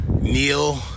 Neil